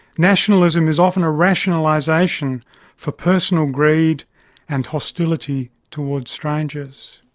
nationalism is often a rationalisation for personal greed and hostility towards strangers.